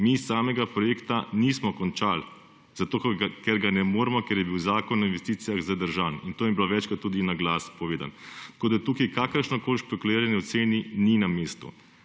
Mi samega projekta nismo končali, zato ker ga ne moremo, ker je bil zakon o investicijah zadržan. To je bilo večkrat tudi na glas povedano. Tako da tukaj kakršnokoli špekuliranje o ceni ni na mestu.